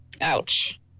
Ouch